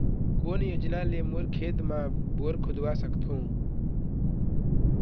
कोन योजना ले मोर खेत मा बोर खुदवा सकथों?